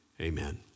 amen